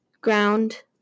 ground